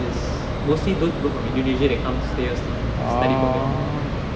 is mostly those people from indonesia that come stay or study programme